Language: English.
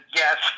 yes